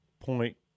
point